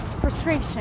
frustration